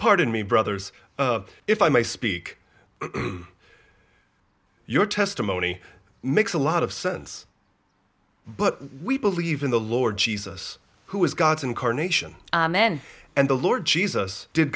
pardon me brothers if i may speak your testimony makes a lot of sense but we believe in the lord jesus who is god's incarnation amen and the lord jesus did